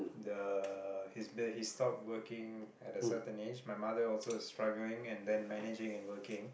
the his he stopped working at a certain age my mother also struggling and then managing and working